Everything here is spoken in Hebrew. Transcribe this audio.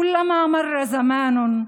ככל שעובר הזמן,